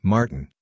Martin